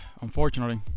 Unfortunately